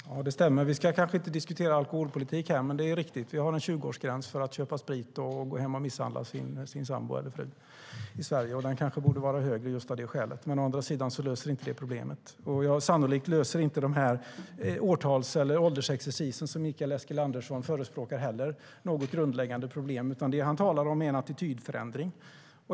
Herr talman! Det stämmer. Vi ska kanske inte diskutera alkoholpolitik här, men det är riktigt: Vi har en 20-årsgräns i Sverige för att köpa sprit och gå hem och misshandla sin sambo eller fru. Den gränsen kanske borde vara högre av just det skälet. Å andra sidan löser inte det problemet. Sannolikt löser årtals eller åldersexercisen som Mikael Eskilandersson förespråkar inte heller något grundläggande problem. Det han talar om är en attitydförändring.